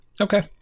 Okay